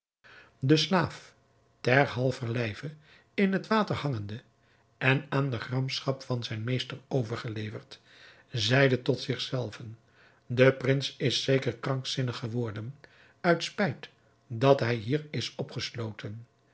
de slaaf ter halver lijve in het water hangende en aan de gramschap van zijn meester overgeleverd zeide tot zich zelven de prins is zeker krankzinnig geworden uit spijt dat hij hier is opgesloten